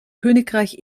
königreich